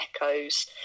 echoes